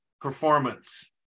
performance